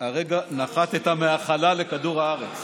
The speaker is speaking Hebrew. שהרגע נחתת מהחלל לכדור הארץ.